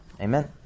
Amen